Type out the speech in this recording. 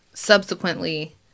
Subsequently